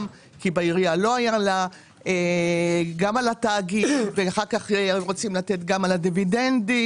גם על התאגיד ואחר כך רוצים לתת גם על הדיבידנד,